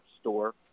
store